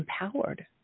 empowered